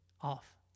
off